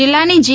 જીલ્લાની જી